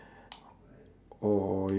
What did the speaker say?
or